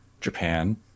Japan